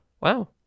Wow